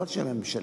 לא של הממשלה,